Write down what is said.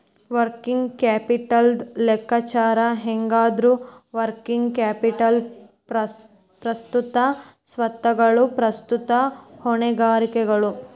working ಕ್ಯಾಪಿಟಲ್ದ್ ಲೆಕ್ಕಾಚಾರ ಹೆಂಗಂದ್ರ, ವರ್ಕಿಂಗ್ ಕ್ಯಾಪಿಟಲ್ ಪ್ರಸ್ತುತ ಸ್ವತ್ತುಗಳು ಪ್ರಸ್ತುತ ಹೊಣೆಗಾರಿಕೆಗಳು